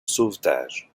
sauvetage